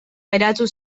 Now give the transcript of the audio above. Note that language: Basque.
geratu